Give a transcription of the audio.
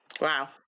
Wow